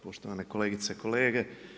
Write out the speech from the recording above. Poštovane kolegice i kolege.